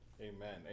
Amen